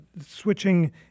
Switching